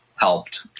helped